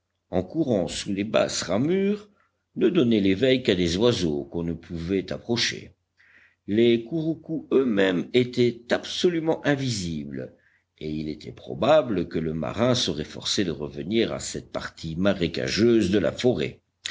en courant sous les basses ramures ne donnait l'éveil qu'à des oiseaux qu'on ne pouvait approcher les couroucous eux-mêmes étaient absolument invisibles et il était probable que le marin serait forcé de revenir à cette partie marécageuse de la forêt